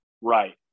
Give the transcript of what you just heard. right